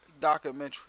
documentary